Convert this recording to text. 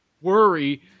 worry